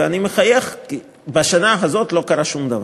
ואני מחייך, כי בשנה הזאת לא קרה שום דבר.